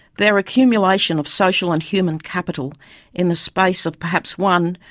their accumulation of social and human capital in the space of perhaps one,